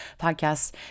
podcasts